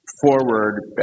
forward